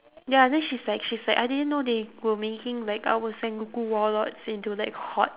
ya then she's like she's like I didn't know they were making like our sengoku warlords into like hot